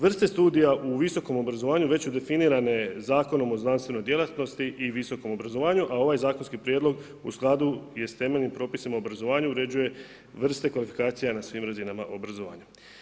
Vrste studija u visokom obrazovanju već su definirane Zakonom o znanstvenoj djelatnosti i visokom obrazovanju, a ovaj zakonski prijedlog u skladu je s temeljnim propisima obrazovanja uređuje vrste kvalifikacija na svim razinama obrazovanja.